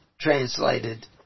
translated